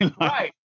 Right